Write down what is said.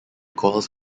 coils